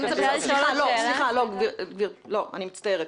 אני מצטערת.